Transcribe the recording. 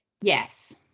Yes